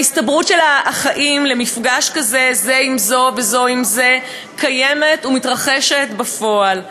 וההסתברות של האחאים למפגש כזה זה עם זה וזו עם זה קיימת ומתרחשת בפועל.